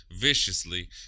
viciously